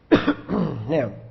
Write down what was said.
Now